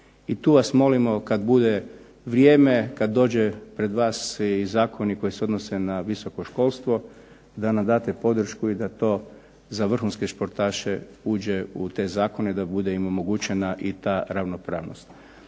I tu vas molim da na vrijem kada dođe pred vas i zakoni koji se odnose na visoko školstvo da nam date podršku i da to za vrhunske sportaše uđe u te zakone da im bude omogućena i ta ravnopravnost.